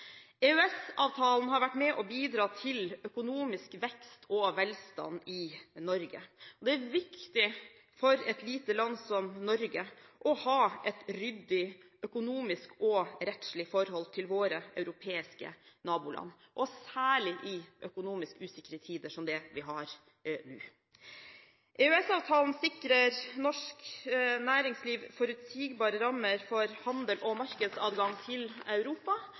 har vært med på å bidra til økonomisk vekst og velstand i Norge. Det er viktig for et lite land som Norge å ha et ryddig økonomisk og rettslig forhold til våre europeiske naboland, særlig i økonomisk usikre tider som det vi har nå. EØS-avtalen sikrer norsk næringsliv forutsigbare rammer for handel og markedsadgang til Europa.